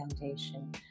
foundation